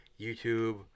YouTube